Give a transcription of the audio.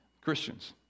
Christians